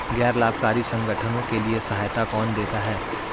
गैर लाभकारी संगठनों के लिए सहायता कौन देता है?